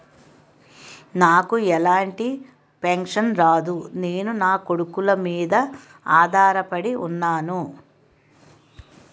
నాకు ఎలాంటి పెన్షన్ రాదు నేను నాకొడుకుల మీద ఆధార్ పడి ఉన్నాను